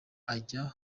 ajya